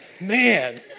Man